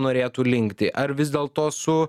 norėtų linkti ar vis dėlto su